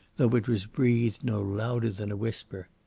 though it was breathed no louder than a whisper,